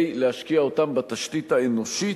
ולהשקיע אותם בתשתית האנושית,